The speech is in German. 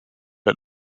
ein